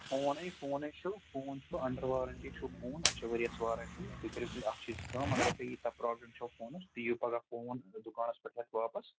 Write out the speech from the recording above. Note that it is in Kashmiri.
فون یہِ فونَے چھُ فون چھُ اَنڈَر وارَنٹی چھُ فون اَتھ چھِ ؤرِیَس وارَنٹی تُہۍ کٔرِو تیٚلہِ اَکھ چیٖز کٲم اگرَے تُہۍ ییٖژاہ پرٛابلِم چھو فونَس تُہۍ یِیِو پگاہ فون دُکانَس پٮ۪ٹھ ہٮ۪تھ واپَس